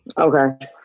Okay